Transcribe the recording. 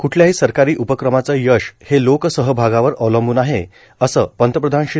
क्ठल्याही सरकारी उपक्रमाचं यश हे लोकसहभागावर अवलंबून आहे असं पंतप्रधान श्री